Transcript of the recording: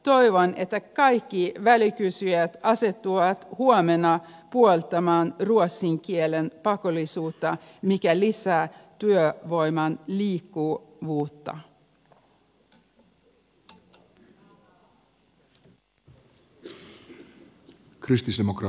toivon että kaikki välikysyjät asettuvat huomenna puoltamaan ruotsin kielen pakollisuutta mikä lisää työvoiman liikkuvuutta